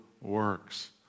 works